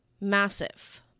massive